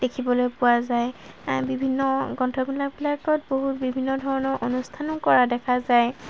দেখিবলৈ পোৱা যায় বিভিন্ন গ্ৰন্থমেলাবিলাকত বহুত বিভিন্ন ধৰণৰ অনুষ্ঠানো কৰা দেখা যায়